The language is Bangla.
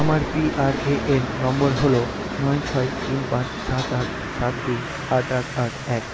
আমার পি আর এ এন নম্বর হলো নয় ছয় তিন পাঁচ সাত আট সাত দুই আট আট আট এক